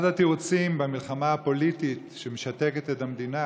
אחד התירוצים במלחמה הפוליטית שמשתקת את המדינה